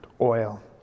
oil